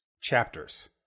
chapters